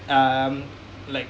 um like